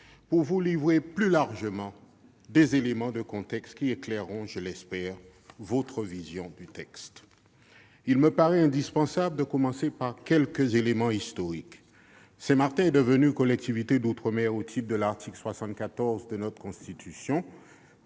pour vous livrer plus largement des éléments de contexte qui éclaireront, je l'espère, votre vision du texte. Il me paraît indispensable de commencer par quelques éléments historiques. Saint-Martin est devenue collectivité d'outre-mer au titre de l'article 74 de notre Constitution